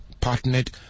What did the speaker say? partnered